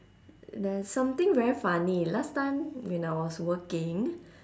there's something very funny last time when I was working